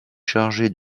chargé